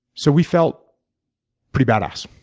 so we felt pretty bad ass.